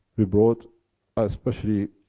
we brought especially,